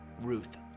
Ruth